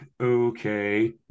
okay